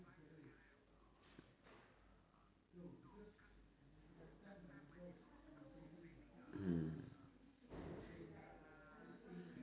mm